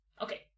Okay